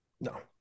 No